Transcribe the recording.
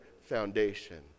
foundation